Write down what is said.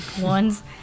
ones